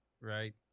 right